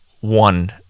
one